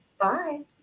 Bye